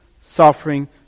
suffering